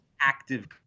active